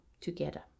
together